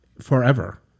forever